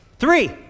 Three